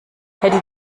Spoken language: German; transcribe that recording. hätte